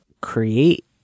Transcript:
create